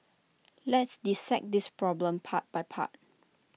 let's dissect this problem part by part